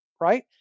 right